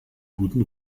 guten